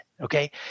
okay